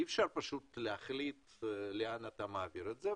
אי אפשר פשוט להחליט לאן אתה מעביר את זה,